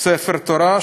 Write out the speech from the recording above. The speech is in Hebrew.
ספר תורה,